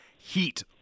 heat